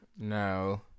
No